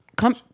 Come